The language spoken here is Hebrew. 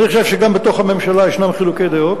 אני חושב שגם בתוך הממשלה יש חילוקי דעות